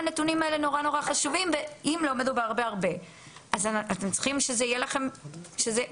אנחנו מדברים עכשיו -- במונחים שונים.